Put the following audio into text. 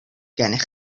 gennych